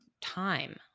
time